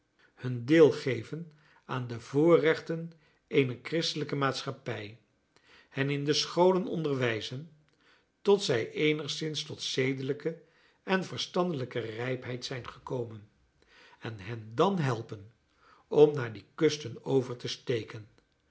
hun deel geven aan de voorrechten eener christelijke maatschappij hen in de scholen onderwijzen tot zij eenigszins tot zedelijke en verstandelijke rijpheid zijn gekomen en hen dan helpen om naar die kusten over te steken